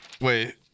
Wait